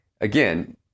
again